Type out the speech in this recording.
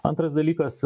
antras dalykas